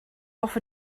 have